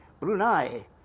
Brunei